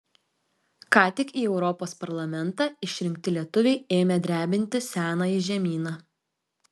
ką tik į europos parlamentą išrinkti lietuviai ėmė drebinti senąjį žemyną